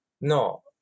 no